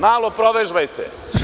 Malo provežbajte.